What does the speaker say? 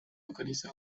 localiza